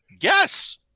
Yes